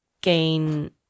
gain